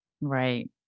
Right